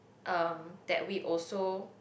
um that we also